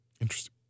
Interesting